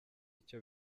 icyo